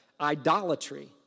idolatry